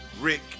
Rick